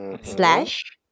slash